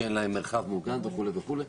שאין להן מרחב מוגן וכולי וכולי.